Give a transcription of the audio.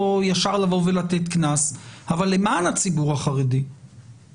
אבל יש מצבים כמו חגים